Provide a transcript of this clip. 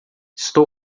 estou